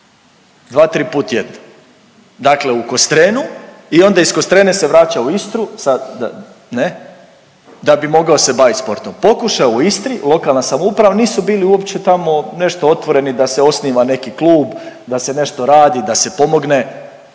dva, tri put tjedno, dakle u Kostrenu i onda iz Kostrene se vraća u Istru, ne, da bi mogao se bavit sportom. Pokušao je u Istri, lokalna samouprava nisu bili uopće tamo nešto otvoreni da se osniva neki klub, da se nešto radi, da se pomogne.